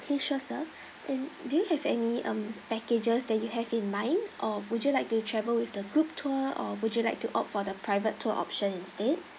~kay sure sir and do you have any um packages that you have in mind or would you like to travel with the group tour or would you like to opt for the private tour option instead